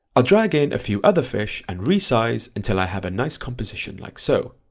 ah drag in a few other fish and resize until i have a nice composition like so,